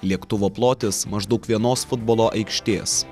lėktuvo plotis maždaug vienos futbolo aikštės